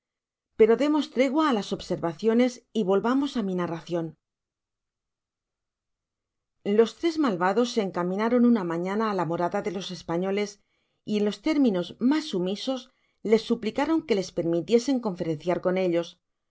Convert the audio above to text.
pero demos tregua á las observaciones y volvamos á mi narracion los tres malvados se encaminaron una ma ana á la morada de los españoles y en los términos mas sumisos les suplicaron que les permitiesen conferenciar con jallos